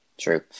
True